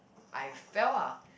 I fell ah